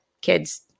kids